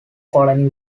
colony